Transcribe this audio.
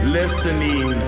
listening